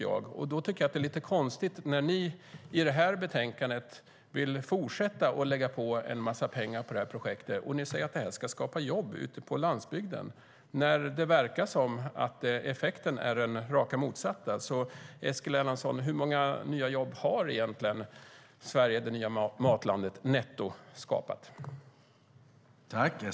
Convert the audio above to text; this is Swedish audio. Jag tycker att det är lite konstigt när ni i betänkandet vill fortsätta att lägga på en massa pengar på projektet och säger att det ska skapa jobb ute på landsbygden när det verkar som att effekten är den rakt motsatta.